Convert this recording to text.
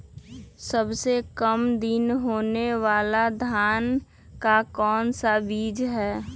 सबसे काम दिन होने वाला धान का कौन सा बीज हैँ?